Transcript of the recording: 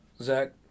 Zach